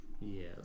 Yes